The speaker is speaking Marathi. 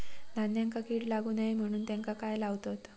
धान्यांका कीड लागू नये म्हणून त्याका काय लावतत?